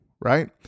Right